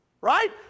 Right